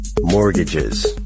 mortgages